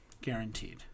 guaranteed